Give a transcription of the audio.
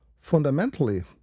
fundamentally